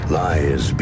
lies